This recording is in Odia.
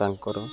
ତାଙ୍କର